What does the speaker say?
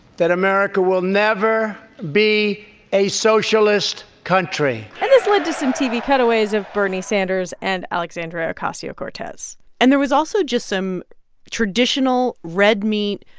that america will never be a socialist country and this led to some tv cutaways of bernie sanders and alexandria ocasio-cortez and there was also just some traditional, red meat,